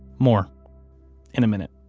more in a minute